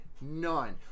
None